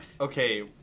Okay